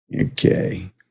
okay